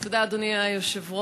תודה, אדוני היושב-ראש.